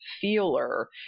feeler